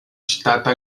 ŝtata